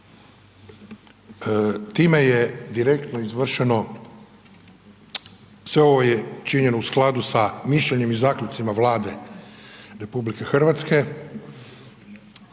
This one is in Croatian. Time je direktno izvršeno, sve ovo je činjeno u skladu sa mišljenjem i zaključcima Vlade RH, danih